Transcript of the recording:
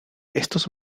estos